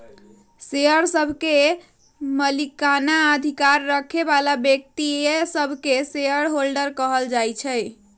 share सभके मलिकना अधिकार रखे बला व्यक्तिय सभके शेयर होल्डर कहल जाइ छइ